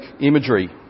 imagery